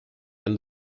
and